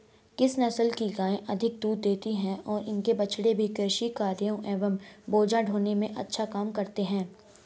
किस नस्ल की गायें अधिक दूध देती हैं और इनके बछड़े भी कृषि कार्यों एवं बोझा ढोने में अच्छा काम करते हैं?